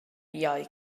iau